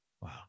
Wow